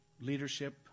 leadership